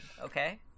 okay